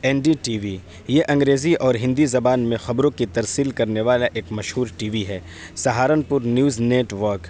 N D T V یہ انگریزی اور ہندی زبان میں خبروں کی ترسیل کرنے والا ایک مشہور ٹی وی ہے سہارنپور نیوز نیٹ ورک